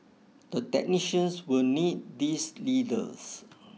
the technicians will need these leaders